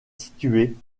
située